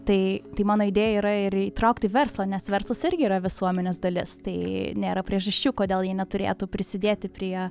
tai tai mano idėja yra ir įtraukti verslą nes verslas irgi yra visuomenės dalis tai nėra priežasčių kodėl jie neturėtų prisidėti prie